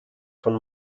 von